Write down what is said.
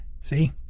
See